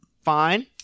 fine